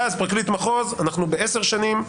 ואז פרקליט מחוז, אנחנו בעשר שנים.